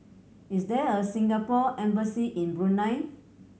is there a Singapore Embassy in Brunei